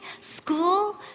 school